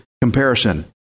comparison